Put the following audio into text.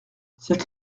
cette